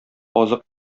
азык